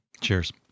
Cheers